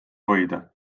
hoida